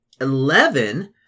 eleven